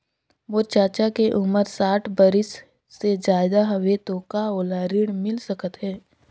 मोर चाचा के उमर साठ बरिस से ज्यादा हवे तो का ओला ऋण मिल सकत हे?